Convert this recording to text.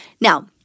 Now